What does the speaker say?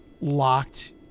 locked